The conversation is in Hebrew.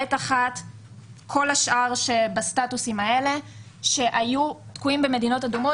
ב1 וכל השאר שהם בסטטוסים האלה שהיו תקועים במדינות אדומות.